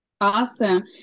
Awesome